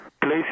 place